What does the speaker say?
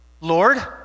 Lord